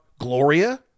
gloria